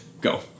Go